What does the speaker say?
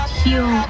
heal